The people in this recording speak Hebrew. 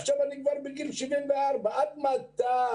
אני עכשיו כבר בן 74 ואני שואל עד מתי,